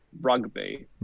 Rugby